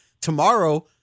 Tomorrow